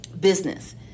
business